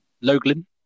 Logan